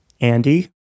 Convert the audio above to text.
Andy